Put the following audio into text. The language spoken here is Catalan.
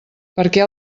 perquè